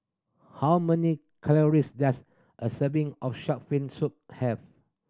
how many calories does a serving of shark fin soup have